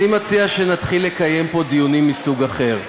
אני מציע שנתחיל לקיים פה דיונים מסוג אחר.